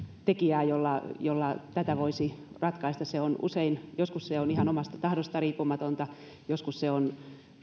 tekijää jolla jolla tätä voisi ratkaista joskus se on ihan omasta tahdosta riippumatonta joskus se on